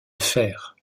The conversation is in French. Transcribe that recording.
fer